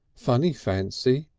funny fancy!